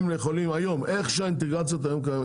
היום איך שהאינטגרציות היום קיימות,